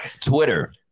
Twitter